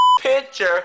picture